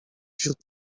wśród